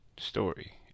Story